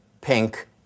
pink